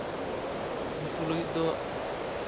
ᱩᱱᱠᱩ ᱞᱟᱹᱜᱤᱫ ᱫᱚ